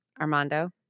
Armando